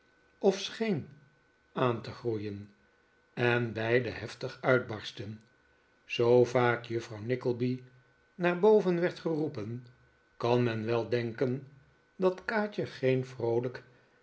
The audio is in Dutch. of scheen aan te groeien en beide heftig uitbarstten zoo vaak juffrouw nickleby naar boven werd geroepen kan men wel denken dat kaatje geen vroolijk